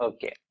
Okay